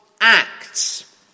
acts